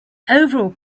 overall